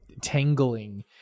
tangling